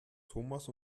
thomas